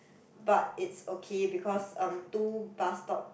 but it's okay because um two bus stop